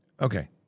Okay